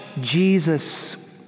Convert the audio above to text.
Jesus